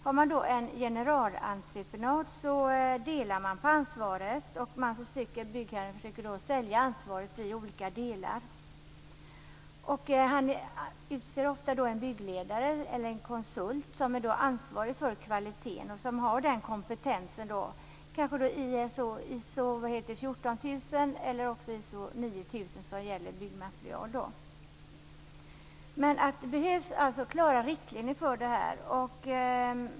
Har man en generalentreprenad delar man på ansvaret. Byggherren försöker sälja ansvaret i olika delar. Han utser ofta en byggledare eller en konsult som är ansvarig för kvaliteten och som har den kompetensen, t.ex. Det behövs klara riktlinjer för detta.